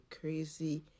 crazy